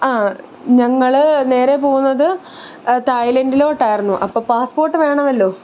ഞങ്ങൾ നേരെ പോകുന്നത് തായ്ലൻറ്റിലോട്ടായിരുന്നു അപ്പോൾ പാസ്പോർട്ട് വേണമല്ലോ